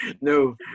no